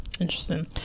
Interesting